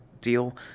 deal